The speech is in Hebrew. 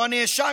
או הנאשם,